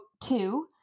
two